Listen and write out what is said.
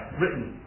written